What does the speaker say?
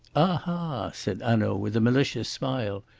aha! said hanaud, with a malicious smile.